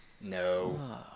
No